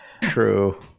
true